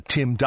Tim